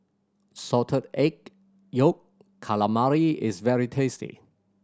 Salted Egg Yolk Calamari is very tasty